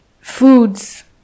foods